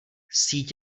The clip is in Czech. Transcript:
síť